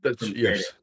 Yes